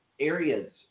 Areas